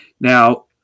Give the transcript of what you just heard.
Now